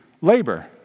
labor